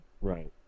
Right